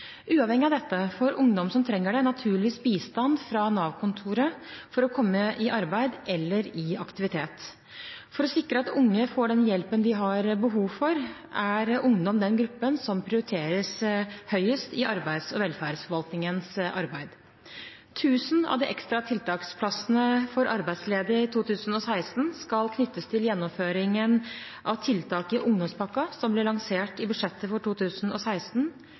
Uavhengig av dette får ungdom som trenger det, naturligvis bistand fra Nav-kontoret for å komme i arbeid eller i aktivitet. For å sikre at unge får den hjelpen de har behov for, er ungdom den gruppen som prioriteres høyest i arbeids- og velferdsforvaltningens arbeid. 1 000 av de ekstra tiltaksplassene for arbeidsledige i 2016 skal knyttes til gjennomføring av tiltak i ungdomspakken, som ble lansert i budsjettet for 2016.